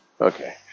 Okay